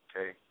Okay